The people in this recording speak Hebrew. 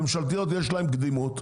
ממשלתיות ויש להם קדימות,